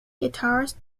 guitarist